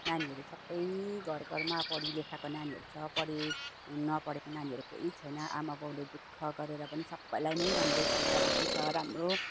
नानीहरू सबै घरघरमा पढी लेखाएको नानीहरू छ पढे नपढेको नानीहरू कोही छैन आमा बाउले दुःख गरेर पनि सबैलाई नै राम्रो स्कुल पढाएकै छ राम्रो